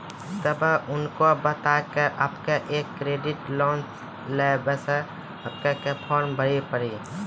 तब उनके बता के आपके के एक क्रेडिट लोन ले बसे आपके के फॉर्म भरी पड़ी?